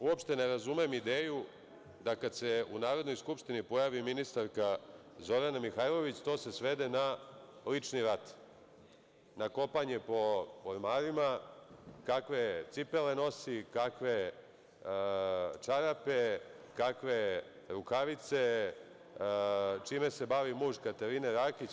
Uopšte ne razumem ideju da kad se u Narodnoj skupštini pojavi ministarka Zorana Mihajlović, to se svede na lični rat, na kopanje po ormarima, kakve cipele nosi, kakve čarape, kakve rukavice, čime se bavi muž Katarine Rakić.